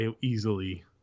easily